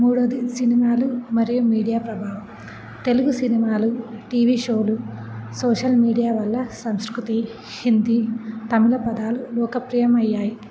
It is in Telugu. మూడవది సినిమాలు మరియు మీడియా ప్రభావం తెలుగు సినిమాలు టీ వీ షోలు సోషల్ మీడియా వల్ల సంస్కృతి హిందీ తమిళ పదాలు లోకప్రియమయ్యాయి